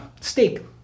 steak